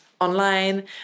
online